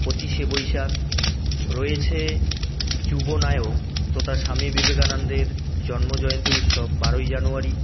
পঁচিশে বৈশাখ রয়েছে যুবনায়ক তথা স্বামী বিবেকানন্দের জন্মজয়ন্তী উৎসব বারোই জানুয়ারি